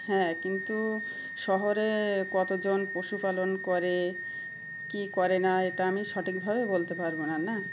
হ্যাঁ কিন্তু শহরে কতজন পশুপালন করে কী করে না এটা আমি সঠিকভাবে বলতে পারবো না না